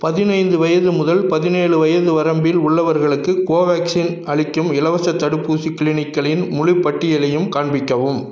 பதினைந்து வயது முதல் பதினேழு வயது வரம்பில் உள்ளவர்களுக்கு கோவேக்சின் அளிக்கும் இலவசத் தடுப்பூசி க்ளினிக்குகளின் முழுப் பட்டியலையும் காண்பிக்கவும்